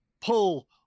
pull